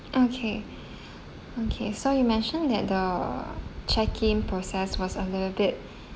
okay okay so you mentioned that the check in process was a little bit